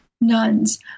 nuns